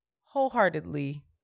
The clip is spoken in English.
wholeheartedly